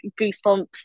goosebumps